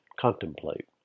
contemplate